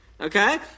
Okay